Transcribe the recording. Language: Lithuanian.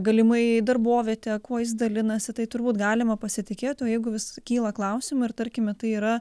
galimai darbovietę kuo jis dalinasi tai turbūt galima pasitikėti o jeigu vis kyla klausimų ir tarkime tai yra